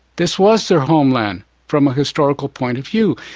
this was their homeland from a historical point of view.